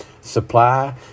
Supply